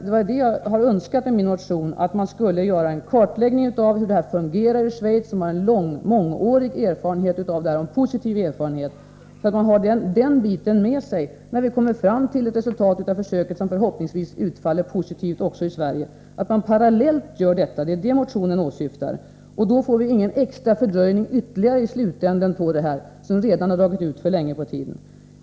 Jag har ju önskat med min motion att man skulle göra en kartläggning av hur systemet fungerar i Schweiz, som har en mångårig, positiv erfarenhet av det, så att man har den biten med sig när man kommer fram till ett resultat av undersökningen, vilken förhoppningsvis utfaller positivt också i Sverige. Att man parallellt skall göra detta är vad motionen åsyftar. Då får vi ingen extra fördröjning i slutändan på denna procedur, som redan har dragit ut för länge på tiden.